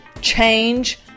change